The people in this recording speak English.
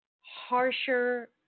harsher